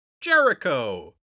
Jericho